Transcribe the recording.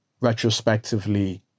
retrospectively